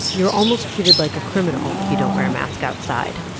you're almost treated like a criminal if you don't wear a mask outside,